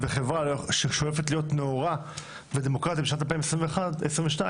וחברה ששואפת להיות נאורה ודמוקרטית בשנת 2022,